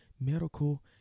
medical